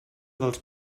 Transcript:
dels